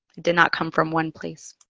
did not come from one place.